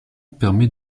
permet